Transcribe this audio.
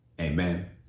amen